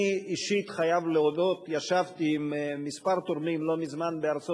אני אישית חייב להודות שישבתי לא מזמן עם כמה תורמים בארצות-הברית,